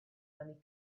many